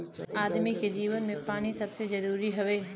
आदमी के जीवन मे पानी सबसे जरूरी हौ